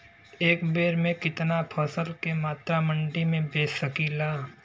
एक बेर में कितना फसल के मात्रा मंडी में बेच सकीला?